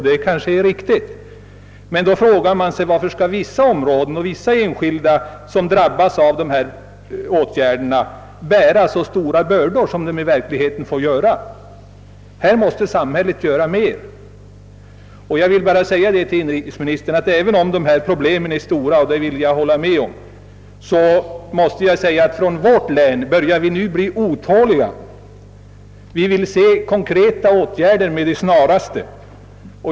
Det kanske är riktigt, men man frågar sig varför vissa områden och vissa enskilda, som drabbas av friställanden och dylikt, skall bära så stora bördor som de i verkligheten får göra. På denna punkt måste samhället göra mer. Jag vill säga till inrikesministern att även om dessa problem är stora -— det vill jag hålla med om — börjar vi i vårt län nu bli otåliga. Vi vill se konkreta åtgärder med det snaraste.